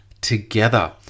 together